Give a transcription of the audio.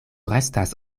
restas